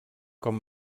com